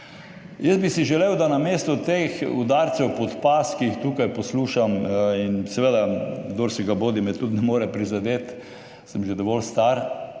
Jaz bi si želel, da namesto teh udarcev pod pas, ki jih tukaj poslušam, in seveda kdorsigabodi me tudi ne more prizadeti, sem že dovolj star,